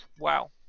Wow